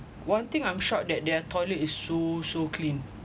one thing I'm shocked that their toilet is so so clean